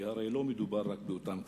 כי הרי לא מדובר רק באותם כפרים,